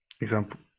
example